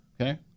okay